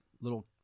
little